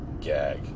gag